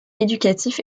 éducatif